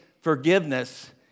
forgiveness